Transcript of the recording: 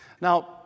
Now